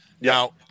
Now